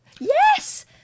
Yes